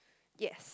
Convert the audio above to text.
yes